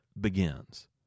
begins